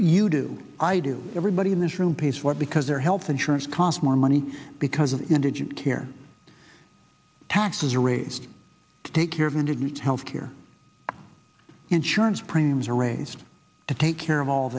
you do i do everybody in this room pays what because their health insurance cost more money because of indigent care taxes raised to take care of them to get health care insurance premiums are raised to take care of all